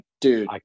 dude